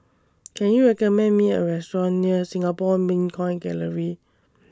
Can YOU recommend Me A Restaurant near Singapore Mint Coin Gallery